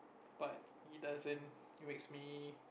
but it doesn't makes me